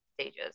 stages